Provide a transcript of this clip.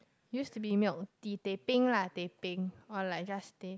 used to be milk tea teh peng lah teh peng or like just teh